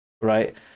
right